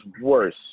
worse